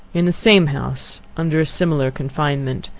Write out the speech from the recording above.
in the same house, under a similar confinement,